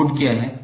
node क्या है